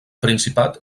principat